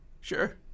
sure